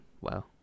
wow